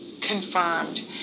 confirmed